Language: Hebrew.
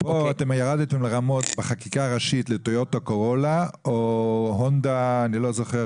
בחקיקה הראשית ירדתם לרמות של טויוטה קורולה או הונדה וכאן,